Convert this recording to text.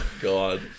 God